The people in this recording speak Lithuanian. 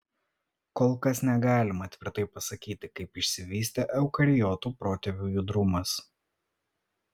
kol kas negalima tvirtai pasakyti kaip išsivystė eukariotų protėvio judrumas